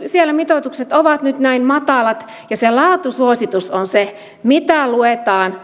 elikkä siellä mitoitukset ovat nyt näin matalat ja se laatusuositus on se mitä luetaan